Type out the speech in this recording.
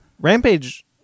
rampage